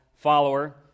follower